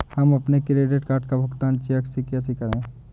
हम अपने credit card का भुगतान चेक से कैसे करें?